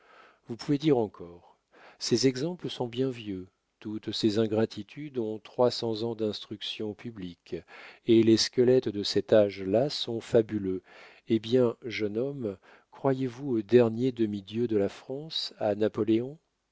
vous pouvez dire encore ces exemples sont bien vieux toutes ces ingratitudes ont trois cents ans d'instruction publique et les squelettes de cet âge-là sont fabuleux eh bien jeune homme croyez-vous au dernier demi-dieu de la france à napoléon